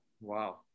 Wow